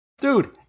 dude